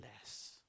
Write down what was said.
less